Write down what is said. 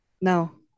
No